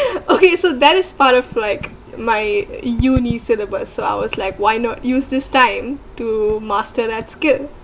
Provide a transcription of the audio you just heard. okay so that is part of like my uni syllabus so I was like why not use this time to master that skill